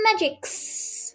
Magic's